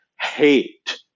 hate